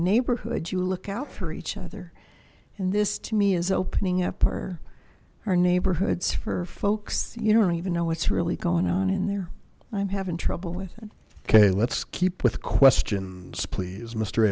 neighborhood you look out for each other and this to me is opening up our our neighborhoods for folks you don't even know what's really going on in there i'm having trouble with it okay let's keep with questions please mister